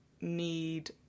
need